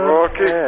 Rocky